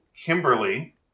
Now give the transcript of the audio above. Kimberly